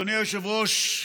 אדוני היושב-ראש,